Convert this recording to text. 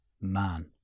Man